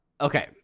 okay